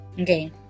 Okay